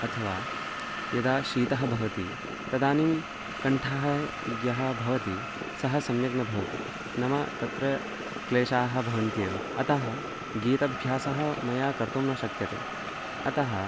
अथवा यदा शीतः भवति तदानीं कण्ठः यः भवति सः सम्यक् न भवति नाम तत्र क्लेशाः भवन्ति एव अतः गीताभ्यासः मया कर्तुं न शक्यते अतः